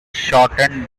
shortened